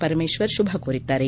Parameshwar ಶುಭಕೋರಿದ್ದಾರೆ